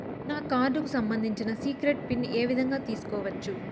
నా కార్డుకు సంబంధించిన సీక్రెట్ పిన్ ఏ విధంగా తీసుకోవచ్చు?